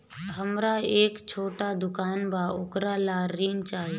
हमरा एक छोटा दुकान बा वोकरा ला ऋण चाही?